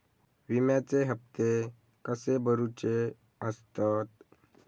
विम्याचे हप्ते कसे भरुचे असतत?